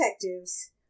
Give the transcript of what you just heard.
detectives